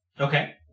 Okay